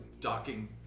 docking